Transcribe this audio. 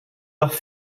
doch